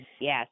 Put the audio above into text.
yes